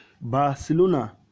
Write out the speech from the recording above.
Barcelona